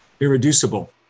irreducible